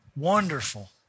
wonderful